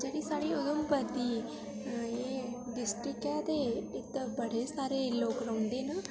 जेह्ड़ी साढ़ी उधमपुर दी अ डिस्टक ऐ ते इत्त बड़े सारे लोक रौ्हदे न